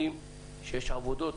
יודעים שיש עבודות,